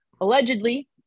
allegedly